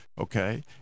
okay